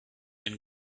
and